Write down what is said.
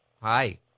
Hi